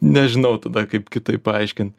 nežinau tada kaip kitaip paaiškint